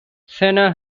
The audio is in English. senna